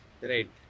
right